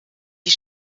die